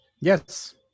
yes